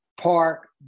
park